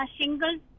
shingles